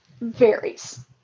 varies